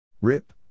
Rip